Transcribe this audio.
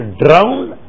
drowned